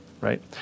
right